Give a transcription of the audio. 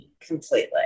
completely